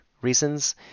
reasons